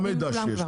זה המידע שיש.